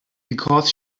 because